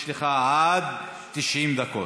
יש לך עד 90 דקות,